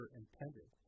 intended